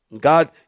God